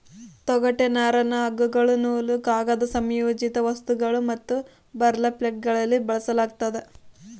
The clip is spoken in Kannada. ತೊಗಟೆ ನರನ್ನ ಹಗ್ಗಗಳು ನೂಲು ಕಾಗದ ಸಂಯೋಜಿತ ವಸ್ತುಗಳು ಮತ್ತು ಬರ್ಲ್ಯಾಪ್ಗಳಲ್ಲಿ ಬಳಸಲಾಗ್ತದ